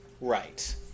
Right